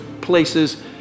places